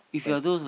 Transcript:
it's like